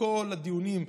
בכל הדיונים,